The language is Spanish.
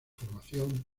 formación